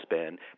spend